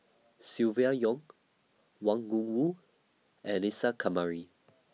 Silvia Yong Wang Gungwu and Isa Kamari